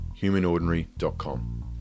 humanordinary.com